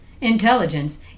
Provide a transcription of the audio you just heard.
Intelligence